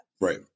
Right